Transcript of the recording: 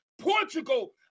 Portugal